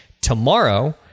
tomorrow